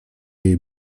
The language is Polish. jej